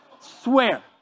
Swear